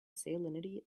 salinity